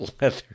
leather